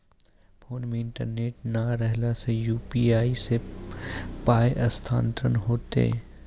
Phone मे internet नै रहला सॅ, यु.पी.आई सॅ पाय स्थानांतरण हेतै?